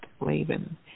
Laban